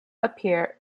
appear